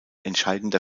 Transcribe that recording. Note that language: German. entscheidender